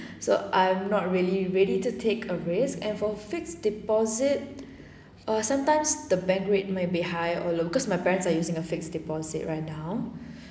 so I'm not really ready to take a risk and for fixed deposit err sometimes the bank rate might be higher or low cause my parents are using a fixed deposit right now